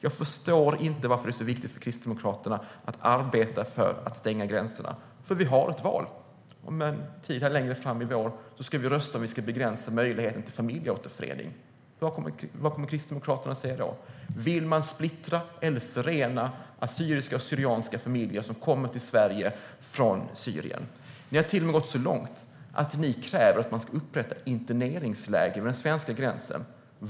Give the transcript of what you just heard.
Jag förstår inte varför det är så viktigt för Kristdemokraterna att arbeta för att stänga gränserna. Vi har ett val. Om en tid här längre fram i vår ska vi rösta om vi ska begränsa möjligheten till familjeåterförening. Vad kommer Kristdemokraterna att säga då? Vill man splittra eller förena assyriska och syrianska familjer som kommer till Sverige från Syrien? Ni har till och med gått så långt att ni kräver att man ska upprätta interneringsläger vid den svenska gränsen.